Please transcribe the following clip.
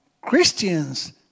Christians